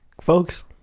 Folks